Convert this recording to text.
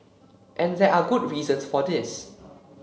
and there are good reasons for this